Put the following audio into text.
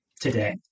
today